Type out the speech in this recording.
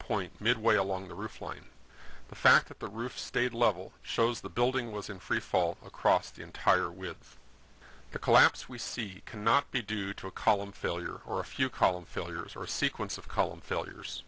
point midway along the roof line the fact that the roof stayed level shows the building was in freefall across the entire with a collapse we see cannot be due to a column failure or a few column failures or sequence of column failures